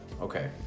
okay